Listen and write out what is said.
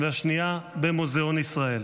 והשנייה במוזיאון ישראל.